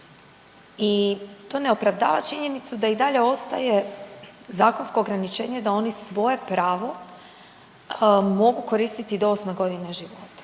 i to ne opravdava činjenicu da i dalje ostaje zakonsko ograničenje da oni svoje pravo mogu koristiti do 8. godine života